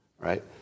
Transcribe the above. right